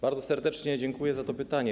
Bardzo serdecznie dziękuję za to pytanie.